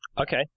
Okay